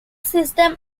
system